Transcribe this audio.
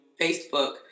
Facebook